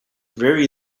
very